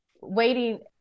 waiting